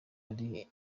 ari